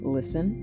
Listen